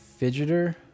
Fidgeter